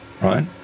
right